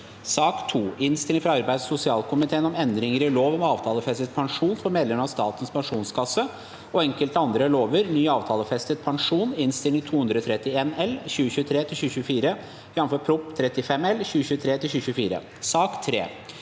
2. Innstilling fra arbeids- og sosialkomiteen om Endringer i lov om avtalefestet pensjon for medlemmer av Statens pensjonskasse og enkelte andre lover (ny avtalefestet pensjon) (Innst. 231 L (2023–2024), jf. Prop. 35 L (2023–2024)) 3.